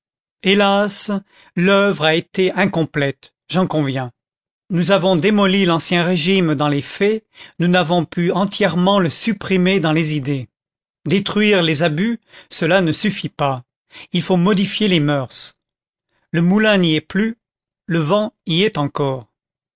hélas l'oeuvre a été incomplète j'en conviens nous avons démoli l'ancien régime dans les faits nous n'avons pu entièrement le supprimer dans les idées détruire les abus cela ne suffit pas il faut modifier les moeurs le moulin n'y est plus le vent y est encore